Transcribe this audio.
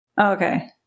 Okay